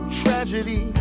tragedy